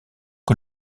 que